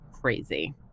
crazy